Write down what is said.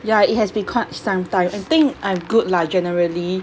ya it has been quite some time I think I'm good lah generally